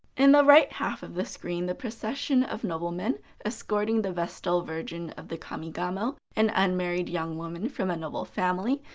in the right half of the screen, the procession of noblemen escorting the vestal virgin of the kamigamo, an unmarried young woman from a noble family,